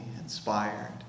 inspired